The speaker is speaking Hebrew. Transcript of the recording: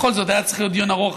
בכל זאת, היה צריך להיות דיון ארוך